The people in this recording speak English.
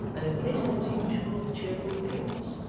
and in place of its usual cheerful appearance,